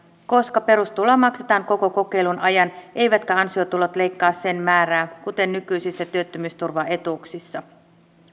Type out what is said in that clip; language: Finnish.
koska perustuloa maksetaan koko kokeilun ajan eivätkä ansiotulot leikkaa sen määrää kuten nykyisissä työttömyysturvaetuuksissa